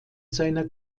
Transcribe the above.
seiner